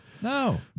No